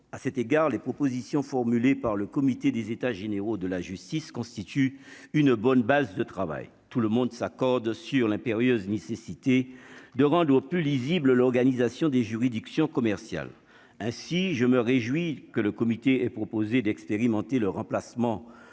à cet égard les propositions formulées par le comité des états généraux de la justice constitue une bonne base de travail, tout le monde s'accorde sur l'impérieuse nécessité de rang doit plus lisible l'organisation des juridictions commerciales ainsi je me réjouis que le comité et proposé d'expérimenter le remplacement